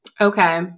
Okay